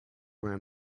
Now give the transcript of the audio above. where